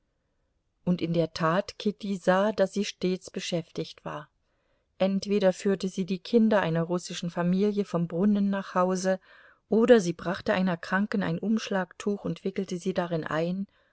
und in der tat kitty sah daß sie stets beschäftigt war entweder führte sie die kinder einer russischen familie vom brunnen nach hause oder sie brachte einer kranken ein umschlagtuch und wickelte sie darin ein